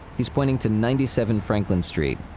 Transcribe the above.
he's pointing to ninety seven franklin street.